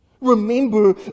Remember